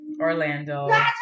Orlando